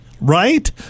right